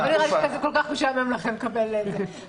לא נראה לי שכל כך משעמם לכם לקבל את זה.